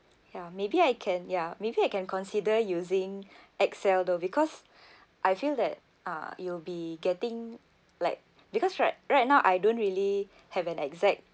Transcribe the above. ya maybe I can ya maybe I can consider using excel though because I feel that uh you'll be getting like because right right now I don't really have an exact